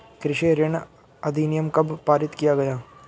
कृषि ऋण अधिनियम कब पारित किया गया?